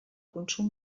consum